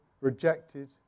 rejected